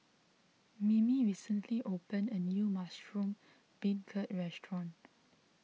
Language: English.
Mimi recently opened a new Mushroom Beancurd restaurant